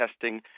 testing